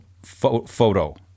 photo